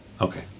Okay